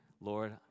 Lord